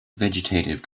vegetative